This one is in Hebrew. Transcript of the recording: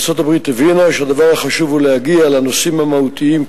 ארצות-הברית הבינה שהדבר החשוב הוא להגיע לנושאים המהותיים,